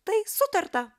tai sutarta